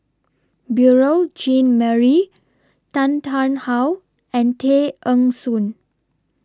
Beurel Jean Marie Tan Tarn How and Tay Eng Soon